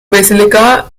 basilica